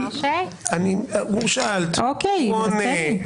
את שאלת והוא עונה.